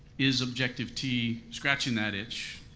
is objective t scratching that itch?